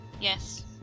yes